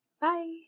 Bye